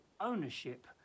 ownership